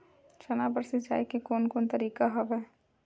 चना बर सिंचाई के कोन कोन तरीका हवय?